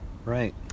Right